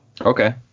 Okay